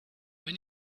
when